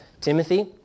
Timothy